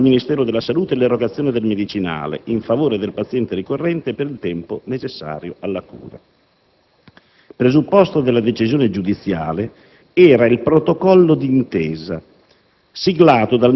ordinava al Ministero della salute l'erogazione del medicinale in favore del paziente ricorrente per il tempo necessario alla cura. Presupposto della decisione giudiziale era il protocollo d'intesa